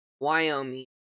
Wyoming